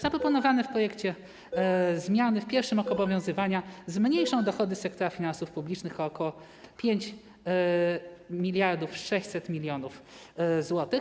Zaproponowane w projekcie zmiany w pierwszym roku obowiązywania zmniejszą dochody sektora finansów publicznych o około 5600 mln zł.